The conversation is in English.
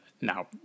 now